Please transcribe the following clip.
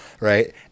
right